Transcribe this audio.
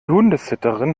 hundesitterin